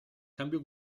cambio